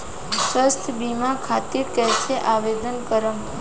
स्वास्थ्य बीमा खातिर कईसे आवेदन करम?